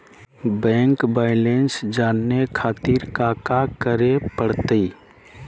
Bank balance जाने खातिर काका करे पड़तई?